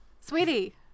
sweetie